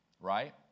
Right